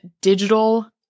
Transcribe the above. digital